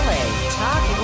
Talk